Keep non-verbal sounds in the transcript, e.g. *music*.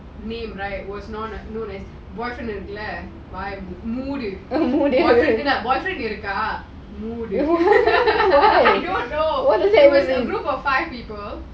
he like was like more than that boyfriend இருக்கா மூடு:irukaa moodu *laughs* you know a group of five people